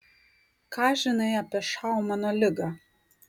ką žinai apie šaumano ligą